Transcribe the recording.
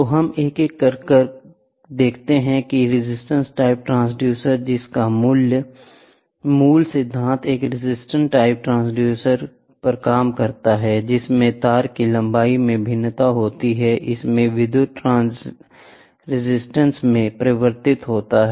तो हम एक एक करके देखते हैं रजिस्टेंस टाइप ट्रांसड्यूसर जिसका मूल सिद्धांत एक रजिस्टेंस टाइप प्रेशर ट्रांसड्यूसर पर काम करता है जिसमें तार की लंबाई में भिन्नता होती है इसमें विद्युत रेजिस्टेंस में परिवर्तन होता है